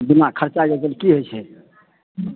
बिना खर्चाके की हइ छै